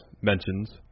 mentions